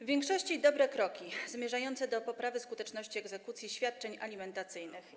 W większości są to dobre kroki zmierzające do poprawy skuteczności egzekucji świadczeń alimentacyjnych.